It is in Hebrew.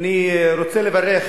אני רוצה לברך